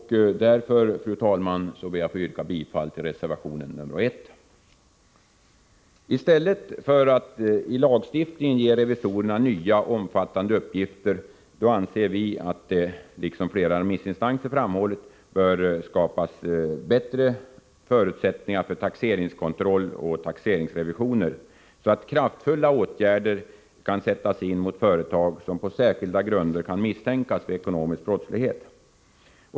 Därför, fru talman, ber jag att få yrka bifall till reservation nr 1. I stället för att i lagstiftningen ge revisorerna nya omfattande uppgifter anser vi, liksom flera remissinstanser, att det bör skapas bättre förutsättningar för taxeringskontroll och taxeringsrevisioner så att kraftfulla åtgärder kan sättas in mot företag som på särskilda grunder kan misstänkas för ekonomisk brottslighet.